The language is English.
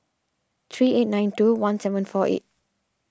three eight nine two one seven four eight